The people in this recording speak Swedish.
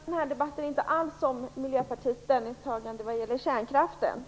Herr talman! Den här debatten handlar inte alls om Miljöpartiets ställningstagande när det gäller kärnkraften.